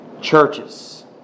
churches